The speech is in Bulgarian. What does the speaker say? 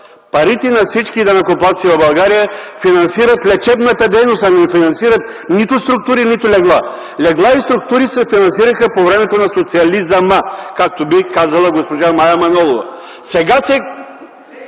Парите на всички данъкоплатци в България финансират лечебната дейност, а не финансират нито структури, нито легла! Легла и структури се финансираха по времето на социализъма, както би казала госпожа Мая Манолова. Сега,